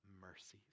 mercies